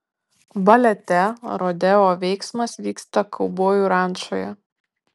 balete rodeo veiksmas vyksta kaubojų rančoje